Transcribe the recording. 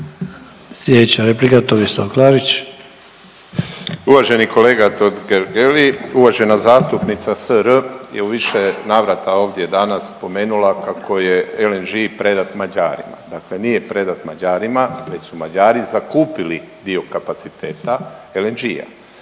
Klarić. **Klarić, Tomislav (HDZ)** Uvaženi kolega Totgergeli, uvažena zastupnica SR je u više navrata ovdje danas spomenula kako je LNG predat Mađarima. Dakle, nije predat Mađarima već su Mađari zakupili dio kapaciteta LNG-a.